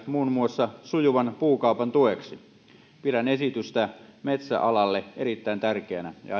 muun muassa sujuvan puukaupan tueksi pidän esitystä metsäalalle erittäin tärkeänä ja